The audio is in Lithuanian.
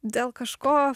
dėl kažko